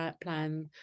plan